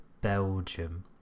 belgium